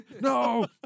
No